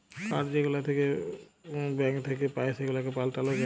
card যেগুলা bank থ্যাইকে পাই সেগুলাকে পাল্টাল যায়